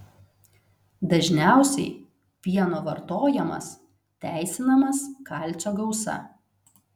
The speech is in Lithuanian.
dažniausiai pieno vartojamas teisinamas kalcio gausa